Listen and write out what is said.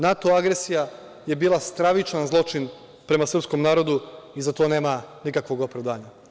NATO agresija je bila stravičan zločin prema srpskom narodu i za to nema nikakvog opravdanja.